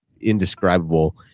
indescribable